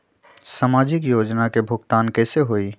समाजिक योजना के भुगतान कैसे होई?